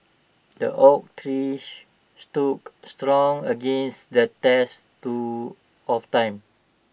the oak trees stood strong against the tests to of time